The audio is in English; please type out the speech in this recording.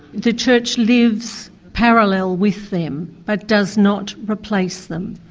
the church lives parallel with them but does not replace them.